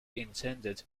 intended